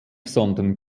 sonden